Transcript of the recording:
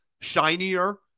shinier